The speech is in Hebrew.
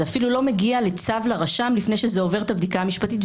זה אפילו לא מגיע לצו לרשם לפני שזה עובר את הבדיקה המשפטית,